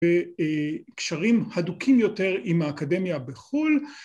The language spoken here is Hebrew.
‫בקשרים הדוקים יותר ‫עם האקדמיה בחו"ל.